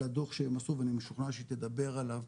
על הדו"ח שהם עשו ואני משוכנע שהיא תדבר עליו,